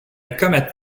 comet